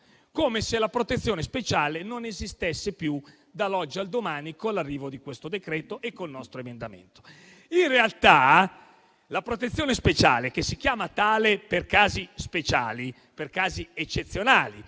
come se la protezione speciale non esistesse più dall'oggi al domani con l'arrivo di questo provvedimento e col nostro emendamento. In realtà, la protezione speciale si chiama in quel modo per casi speciali ed eccezionali,